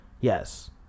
yes